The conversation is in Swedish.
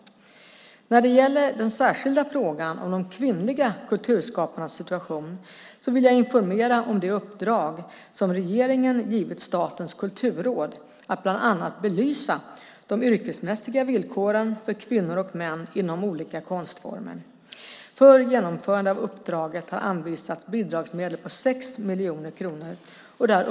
När det gäller den särskilda frågan om de kvinnliga kulturskaparnas situation vill jag informera om det uppdrag regeringen gett Statens kulturråd att bland annat belysa de yrkesmässiga villkoren för kvinnor och män inom olika konstformer. För genomförande av uppdraget har anvisats bidragsmedel på 6 miljoner kronor.